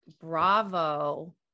Bravo